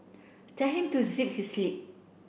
tell him to zip his lip